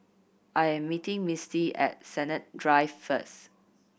I am meeting Misty at Sennett Drive first